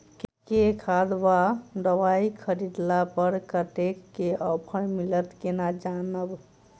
केँ खाद वा दवाई खरीदला पर कतेक केँ ऑफर मिलत केना जानब?